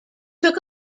took